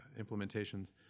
implementations